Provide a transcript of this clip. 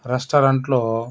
రెస్టారెంట్లో